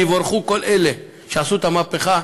ויבורכו כל אלה שעשו את המהפכה,